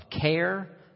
care